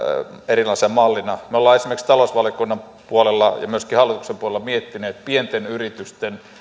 eräänlaisena mallina me olemme esimerkiksi talousvaliokunnan puolella ja myöskin hallituksen puolella miettineet pienten yritysten